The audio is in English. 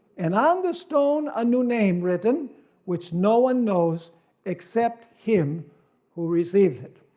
and on the stone a new name written which no one knows except him who receives it.